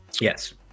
Yes